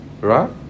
Right